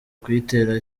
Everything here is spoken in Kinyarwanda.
kuyitera